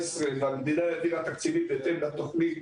והמדינה העבירה תקציבים בהתאם לתוכנית